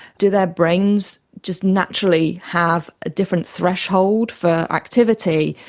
do their brains just naturally have a different threshold for activity?